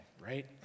right